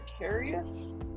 precarious